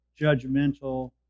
judgmental